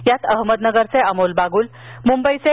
यात अहमदनगरचे अमोल बागुल मुंबईचे ए